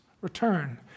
return